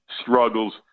struggles